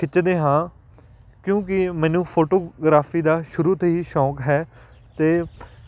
ਖਿੱਚਦੇ ਹਾਂ ਕਿਉਂਕਿ ਮੈਨੂੰ ਫ਼ੋਟੋਗ੍ਰਾਫ਼ੀ ਦਾ ਸ਼ੁਰੂ ਤੋਂ ਹੀ ਸ਼ੌਕ ਹੈ ਅਤੇ